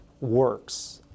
works